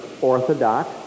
Orthodox